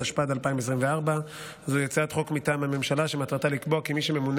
התשפ"ד 2024. זוהי הצעת חוק מטעם הממשלה שמטרתה לקבוע כי מי שממונה